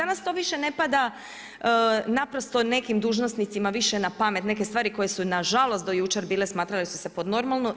Danas to više ne pada naprosto nekim dužnosnicima više na pamet neke stvari koje su na žalost do jučer bile, smatrale su se pod normalno.